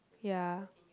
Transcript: ya